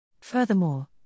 Furthermore